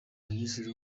minisitiri